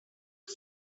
guy